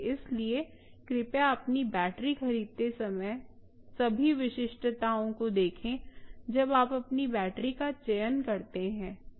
इसलिए कृपया अपनी बैटरी खरीदते समय सभी विशिष्टताओं को देखें जब आप अपनी बैटरी का चयन करते हैं